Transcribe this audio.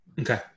Okay